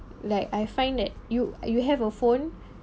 like I find that you you have a phone